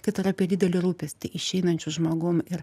tai tada apie didelį rūpestį išeinančiu žmogum ir